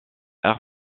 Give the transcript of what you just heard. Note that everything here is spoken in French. air